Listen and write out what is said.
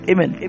Amen